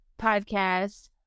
podcast